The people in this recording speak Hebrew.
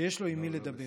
שיש לו עם מי לדבר.